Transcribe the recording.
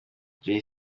jay